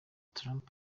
trump